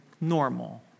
normal